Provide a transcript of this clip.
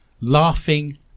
laughing